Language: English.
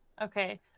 okay